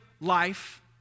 life